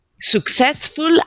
successful